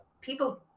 people